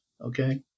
Okay